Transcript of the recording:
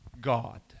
God